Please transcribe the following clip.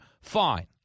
Fine